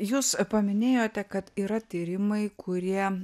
jūs paminėjote kad yra tyrimai kurie